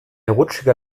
rutschiger